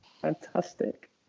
Fantastic